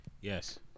yes